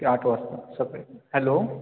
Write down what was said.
ते आठ वाजता सकाळी हॅलो